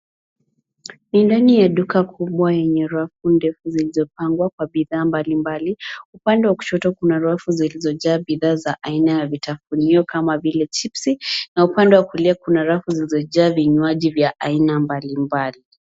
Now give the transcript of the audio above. Ni ndani ya duka kubwa enye rafu ndefu zilizopangwa kwa bidhaa mbalimbali. Upande wa kushoto kuna rafu zilizojaa bidhaa za aina ya vitafunio kama vile chipsi na upande wa kulia kuna rafu zilizojaa vinywaji vya aina mbalimbali.